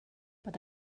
but